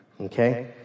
Okay